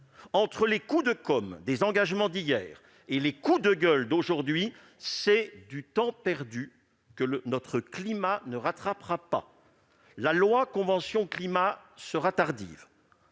»? Les coups de com'des engagements d'hier et les coups de gueule d'aujourd'hui sont autant de temps perdu que notre climat ne rattrapera pas. La future loi climat sera tardive